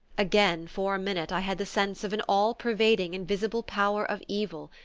again, for a minute, i had the sense of an all-pervading, invisible power of evil,